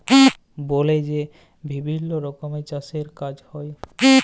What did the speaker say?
বলে যে বিভিল্ল্য রকমের চাষের কাজ হ্যয়